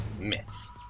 miss